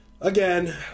Again